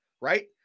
Right